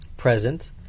present